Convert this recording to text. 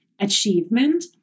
achievement